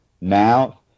now